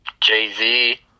Jay-Z